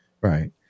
Right